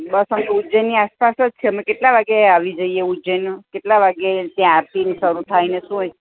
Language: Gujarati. બસ અમે ઉજ્જૈનની આસપાસ જ છે અમે કેટલા વાગે આવી જઈએ ઉજ્જૈન કેટલા વાગે ત્યાં આરતીને શરૂ થાયને શું હોય